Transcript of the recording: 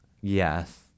Yes